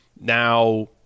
Now